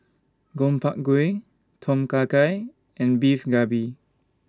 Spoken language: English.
Gobchang Gui Tom Kha Gai and Beef Galbi